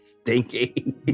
stinky